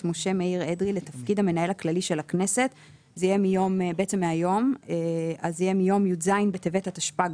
משה מאיר אדרי לתפקיד המנהל הכללי של הכנסת מיום י"ז בטבת התשפ"ג,